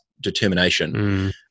determination